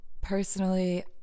Personally